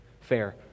Fair